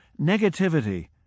Negativity